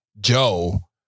Joe